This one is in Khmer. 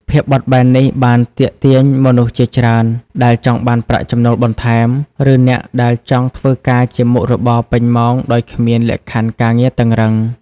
ភាពបត់បែននេះបានទាក់ទាញមនុស្សជាច្រើនដែលចង់បានប្រាក់ចំណូលបន្ថែម ឬអ្នកដែលចង់ធ្វើការជាមុខរបរពេញម៉ោងដោយគ្មានលក្ខខណ្ឌការងារតឹងរ៉ឹង។